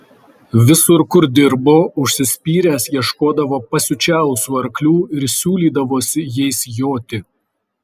visur kur dirbo užsispyręs ieškodavo pasiučiausių arklių ir siūlydavosi jais joti